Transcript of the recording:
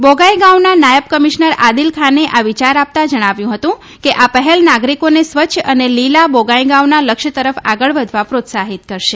બોગાઇગાંવના નાયબ કમિશ્નર આદિલ ખાને આ વિચાર આપના જણાવ્યું હતું કે આ પહેલ નાગરિકોને સ્વચ્છ અને લીલા બોગાઇગાંવના લક્ષ્ય તરફ આગળ વધવા પ્રોત્સાહિત કરશે